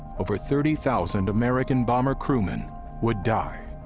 over thirty thousand american bomber crewmen would die,